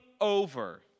over